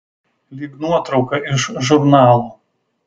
lyg nuotrauka iš žurnalo